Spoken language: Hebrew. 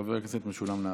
של חברת הכנסת חוה אתי עטייה.